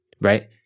right